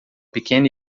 pequena